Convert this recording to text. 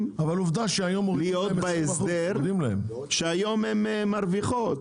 רוצים להיות בהסדר כשהיום הם מרוויחים?